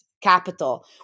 Capital